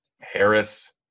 Harris